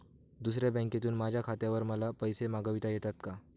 दुसऱ्या बँकेतून माझ्या खात्यावर मला पैसे मागविता येतात का?